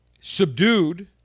subdued